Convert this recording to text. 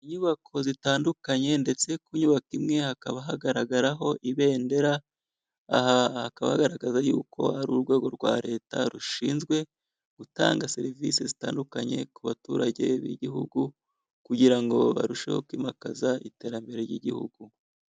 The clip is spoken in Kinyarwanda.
Inyubako zitandukanye ndetse ku nyubako imwe hakaba hagaragaraho ibendera, aha hakaba hagaragaza yuko hari urwego rwa leta, rushinzwe gutanga serivisi zitandukanye ku baturage b'igihugu kugira ngo barusheho kwimakaza iterambere ry'igihugu.